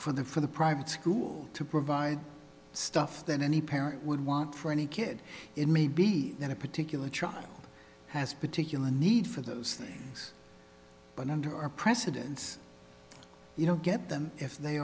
for the for the private school to provide stuff that any parent would want for any kid it may be that a particular child has particular need for those things but under our precedence you know get them if they